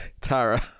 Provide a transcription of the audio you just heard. Tara